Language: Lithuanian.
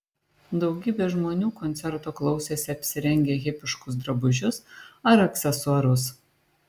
daugybė žmonių koncerto klausėsi apsirengę hipiškus drabužius ar aksesuarus